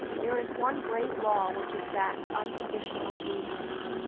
there is one great law which exacts unconditional obedience,